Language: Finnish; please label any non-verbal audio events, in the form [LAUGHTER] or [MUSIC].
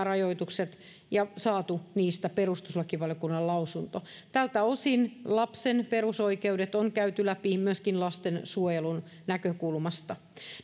[UNINTELLIGIBLE] rajoitukset ja saatu niistä perustuslakivaliokunnalle lausunto tältä osin lapsen perusoikeudet on käyty läpi myöskin lastensuojelun näkökulmasta